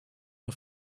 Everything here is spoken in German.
nur